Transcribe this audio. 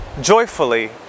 joyfully